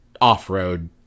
off-road